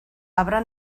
habrá